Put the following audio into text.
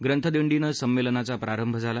ग्रंथदिंडीनं संमेलनाचा प्रारंभ झाला